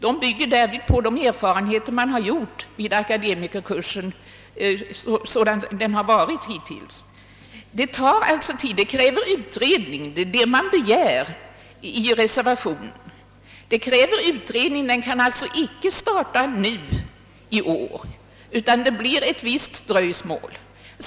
De bygger därvid på erfarenheter som gjorts vid akademikerkursen sådan den hittills varit utformad. Det tar tid, det kräver en utredning och det är detta man begär i reservationen. Kursen kan alltså icke starta i år, utan vi får ett visst dröjsmål.